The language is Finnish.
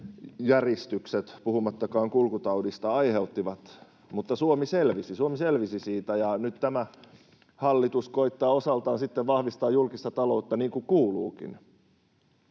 aiheuttivat, puhumattakaan kulkutaudista. Mutta Suomi selvisi. Suomi selvisi siitä, ja nyt tämä hallitus koettaa osaltaan sitten vahvistaa julkista taloutta, niin kuin kuuluukin.